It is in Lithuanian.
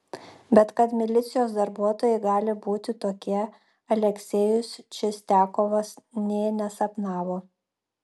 bet kad milicijos darbuotojai gali būti tokie aleksejus čistiakovas nė nesapnavo